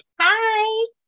Hi